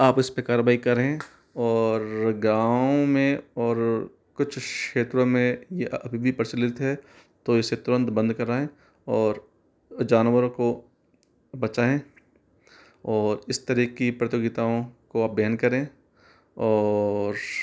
आप इस पर कार्यवायी करें और गाँव में और कुछ क्षेत्रों में यह अभी भी प्रचलित है तो इसे तुरंत बंद कराएँ और जानवरों को बचाएँ और इस तरह की प्रतियोगिताओं को आप बैन करें और